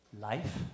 life